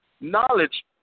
knowledge